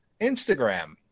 Instagram